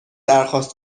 درخواست